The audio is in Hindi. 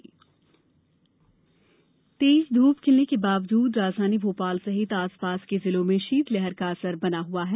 मौसम तेज ध्र्प खिलने के बावजूद राजधानी भोपाल सहित आसपास के जिलों में शीतलहर का असर बना हुआ है